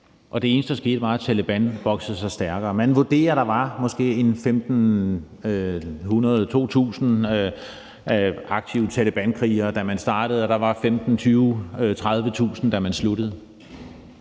og det eneste, der skete, var, at Taleban voksede sig stærkere. Man vurderer, at der var måske 1.500-2.000 aktive talebankrigere, da man startede, og der var 15.000, 20.000, 30.000, da man sluttede.